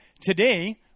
Today